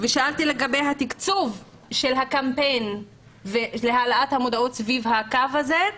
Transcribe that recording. שאלתי לגבי תקצוב הקמפיין להעלאת המודעות סביב הקו הזה,